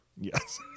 Yes